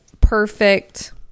perfect